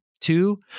Two